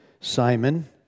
Simon